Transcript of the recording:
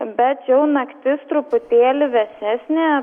bet jau naktis truputėlį vėsesnė